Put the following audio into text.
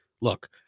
Look